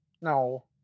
No